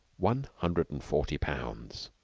one hundred and forty pounds.